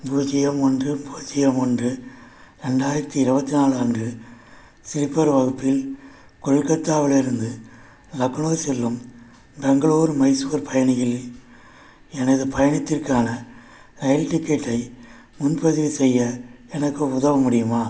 பூஜ்யம் ஒன்று பூஜ்யம் ஒன்று ரெண்டாயிரத்தி இருவத்தி நாலு அன்று சிலிப்பர் வகுப்பில் கொல்கத்தாவிலிருந்து லக்னோ செல்லும் பெங்களூர் மைசூர் பயணிகளில் எனது பயணத்திற்கான ரயில் டிக்கெட்டை முன்பதிவு செய்ய எனக்கு உதவ முடியுமா